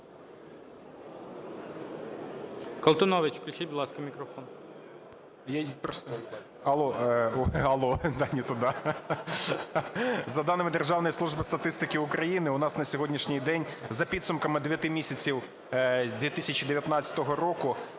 Колтунович. Включіть, будь ласка, мікрофон. 10:52:31 КОЛТУНОВИЧ О.С. За даними Державної служби статистики України, у нас на сьогоднішній день за підсумками 9 місяців 2019 року